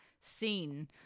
scene